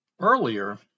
earlier